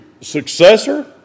successor